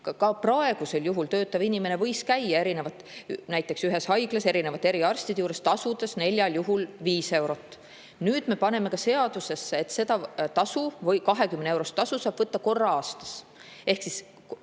Ka praegu võis töötav inimene käia näiteks ühes haiglas erinevate eriarstide juures, tasudes neljal juhul viis eurot. Nüüd me paneme ka seadusesse, et seda 20-eurost tasu saab võtta korra aastas. Ehk siis